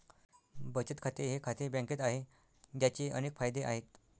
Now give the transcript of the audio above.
बचत खाते हे खाते बँकेत आहे, ज्याचे अनेक फायदे आहेत